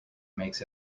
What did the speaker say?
makes